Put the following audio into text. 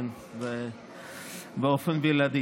כן, באופן בלעדי.